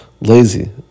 lazy